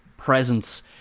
presence